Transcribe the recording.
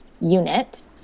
unit